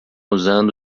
usando